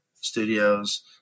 studios